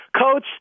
Coach